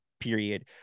period